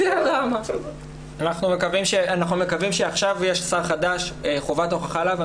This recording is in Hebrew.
עכשיו יש שר חדש, חובת ההוכחה עליו.